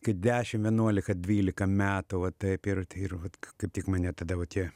kai dešim vienuolika dvylika metų va taip ir ir kaip tik mane tada va tie